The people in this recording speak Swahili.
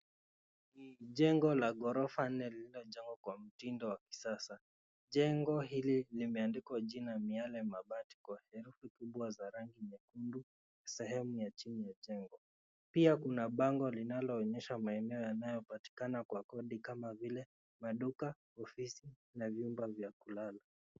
Ni jengo la ghorofa nne lililojengwa kwa mtindo wa kisasa. Jengo hili limeandikwa jina Miale mabati kwa herufi kubwa za rangi nyekundu sehemu ya chini ya jengo. Pia kuna bango linaloonyesha maeneo yanayopatikana kwa kodi kama vile majumba, ofisi na vyumba vya kulala.